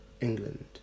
England